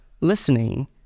listening